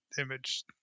image